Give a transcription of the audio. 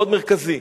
מאוד מרכזי.